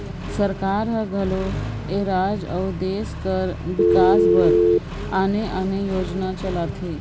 सरकार हर घलो राएज अउ देस कर बिकास बर आने आने योजना चलाथे